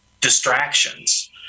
distractions